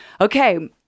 Okay